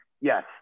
yes